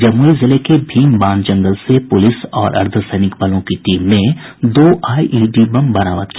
जमुई जिले के भीम बांध जंगल से पुलिस और अर्द्वसैनिक बलों की टीम ने दो आईईडी बम बरामद किया